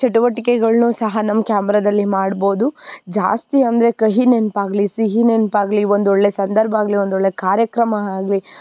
ಚಟುವಟಿಕೆಗಳ್ನೂ ಸಹ ನಮ್ಮ ಕ್ಯಾಮ್ರದಲ್ಲಿ ಮಾಡ್ಬೋದು ಜಾಸ್ತಿ ಅಂದರೆ ಕಹಿ ನೆನಪಾಗ್ಲಿ ಸಿಹಿ ನೆನಪಾಗ್ಲಿ ಒಂದು ಒಳ್ಳೆಯ ಸಂದರ್ಭ ಆಗಲಿ ಒಂದು ಒಳ್ಳೆಯ ಕಾರ್ಯಕ್ರಮ ಆಗಲಿ